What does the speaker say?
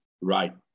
Right